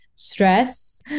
stress